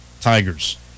Tigers